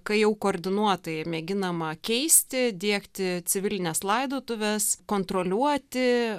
kai jau koordinuotai mėginama keisti diegti civilines laidotuves kontroliuoti